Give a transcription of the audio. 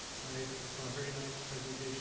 i saw a very nice presentation